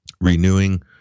renewing